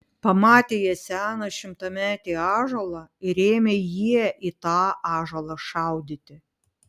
pamatė jie seną šimtametį ąžuolą ir ėmė jie į tą ąžuolą šaudyti